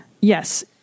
Yes